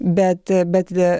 bet bet